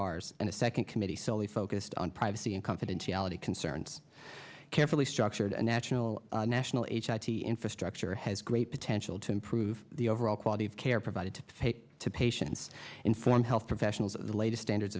r's and the second committee so we focused on privacy and confidentiality concerns carefully structured a national national h i t infrastructure has great potential to improve the overall quality of care provided to pay to patients in form health professionals later standards